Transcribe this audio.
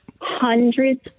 hundreds